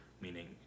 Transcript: meaning